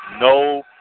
no